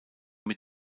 mit